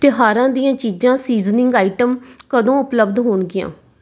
ਤਿਉਹਾਰਾਂ ਦੀਆਂ ਚੀਜਾਂ ਸੀਜ਼ਨਿੰਗ ਆਈਟਮ ਕਦੋਂ ਉਪਲਬਧ ਹੋਣਗੀਆਂ